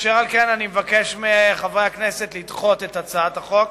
אשר על כן אני מבקש מחברי הכנסת לדחות את הצעת החוק.